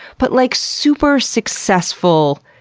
but, like super successful,